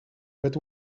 but